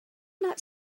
not